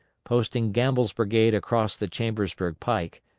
posting gamble's brigade across the chambersburg pike,